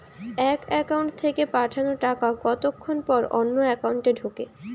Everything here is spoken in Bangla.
এক একাউন্ট থেকে পাঠানো টাকা কতক্ষন পর অন্য একাউন্টে ঢোকে?